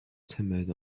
timid